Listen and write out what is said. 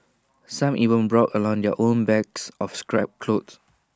some even brought along their own bags of scrap cloth